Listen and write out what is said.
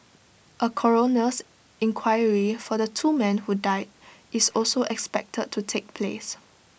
A coroner's inquiry for the two men who died is also expected to take place